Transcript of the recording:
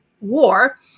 war